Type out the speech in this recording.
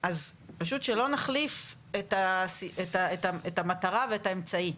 אז פשוט שלא נחליף את המטרה ואת האמצעי,